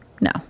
no